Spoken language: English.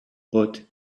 but